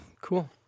Cool